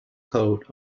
coat